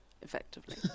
Effectively